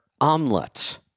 omelets